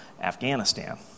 Afghanistan